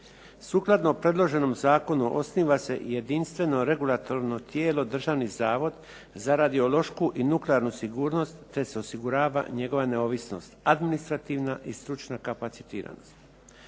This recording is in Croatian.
Sukladno predloženom zakonu osniva se i jedinstveno regulatorno tijelo Državni zavod za radiološku i nuklearnu sigurnost, te se osigurava njegova neovisnost, administrativna i stručna kapacitiranost.